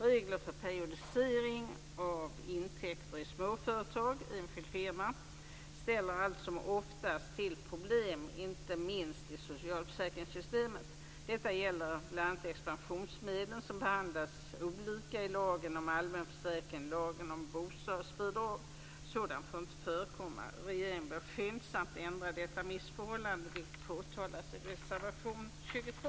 Regler för periodisering av intäkter i småföretag, i enskild firma, ställer allt som oftast till problem, inte minst i socialförsäkringssystemet. Detta gäller bl.a. expansionsmedlen, som behandlas olika i lagen om allmän försäkring och lagen om bostadsbidrag. Sådant får inte förekomma. Regeringen bör skyndsamt ändra på detta missförhållande, vilket påtalas i reservation 23.